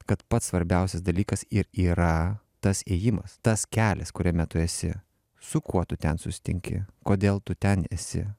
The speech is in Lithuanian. kad pats svarbiausias dalykas ir yra tas ėjimas tas kelias kuriame tu esi su kuo tu ten susitinki kodėl tu ten esi